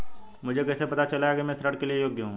मुझे कैसे पता चलेगा कि मैं ऋण के लिए योग्य हूँ?